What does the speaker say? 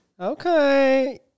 Okay